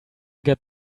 get